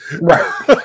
Right